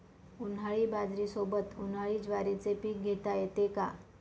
उन्हाळी बाजरीसोबत, उन्हाळी ज्वारीचे पीक घेता येते का?